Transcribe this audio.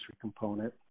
component